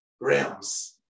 realms